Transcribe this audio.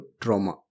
trauma